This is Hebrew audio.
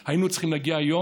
היינו צריכים להיות היום,